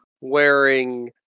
wearing